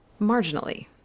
Marginally